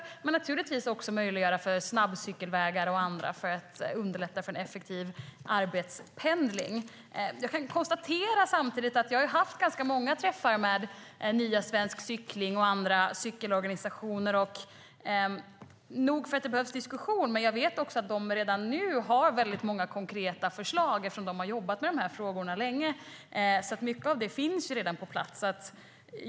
Men det handlar naturligtvis också om att möjliggöra snabbcykelvägar och annat för att underlätta för en effektiv arbetspendling. Jag kan samtidigt konstatera att jag har haft ganska många träffar med Svensk Cykling och andra cykelorganisationer. Nog för att det behövs diskussion, men jag vet att de redan nu har väldigt många konkreta förslag eftersom de har jobbat med frågorna länge. Mycket av detta finns alltså redan på plats.